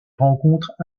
rencontres